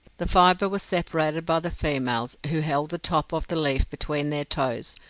the fibre was separated by the females, who held the top of the leaf between their toes,